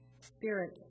Spirit